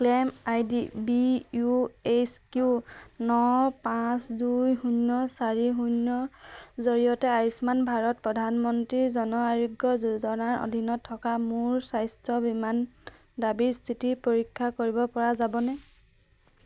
claim I D B U H Q N পাঁচ দুই শূন্য চাৰি শূন্যৰ জৰিয়তে আয়ুষ্মান ভাৰত প্ৰধানমন্ত্ৰী জন আৰোগ্য যোজনাৰ অধীনত থকা মোৰ স্বাস্থ্য বীমা দাবীৰ স্থিতি পৰীক্ষা কৰিব পৰা যাবনে